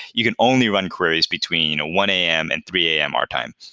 you can only run queries between one am and three am our time.